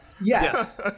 yes